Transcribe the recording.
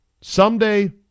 someday